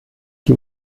die